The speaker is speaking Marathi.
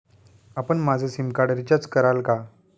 आपण माझं सिमकार्ड रिचार्ज कराल का?